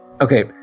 Okay